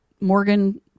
Morgan